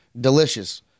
Delicious